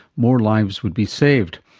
more lives would be saved.